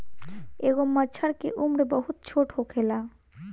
एगो मछर के उम्र बहुत छोट होखेला